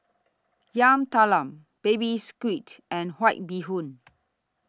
Yam Talam Baby Squid and White Bee Hoon